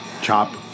chop